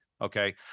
okay